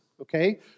okay